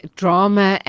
drama